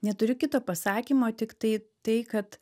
neturiu kito pasakymo tiktai tai kad